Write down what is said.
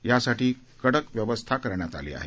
यासाठी कडक व्यवस्था करण्यात आली आहे